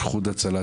איחוד הצלה,